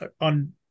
on